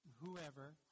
whoever